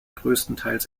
größtenteils